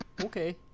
Okay